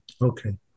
Okay